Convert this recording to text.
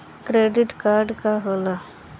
Credit card का होला?